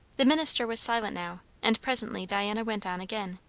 the minister was silent now, and presently diana went on again.